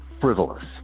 frivolous